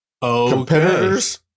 Competitors